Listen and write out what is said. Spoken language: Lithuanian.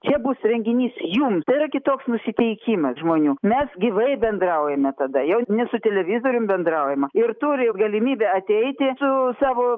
čia bus renginys jum tai yra kitoks nusiteikimas žmonių mes gyvai bendraujame tada jau ne su televizorium bendraujama ir turi galimybę ateiti su savo